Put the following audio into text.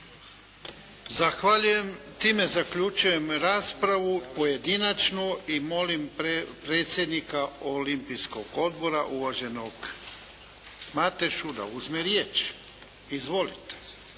Zahvaljujem. Time zaključujem raspravu pojedinačnu i molim predsjednika Olimpijskog odbora, uvaženog Matešu da uzme riječ. Izvolite.